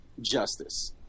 justice